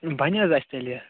ٲں بَنہٕ حظ اسہِ تیٚلہِ یہِ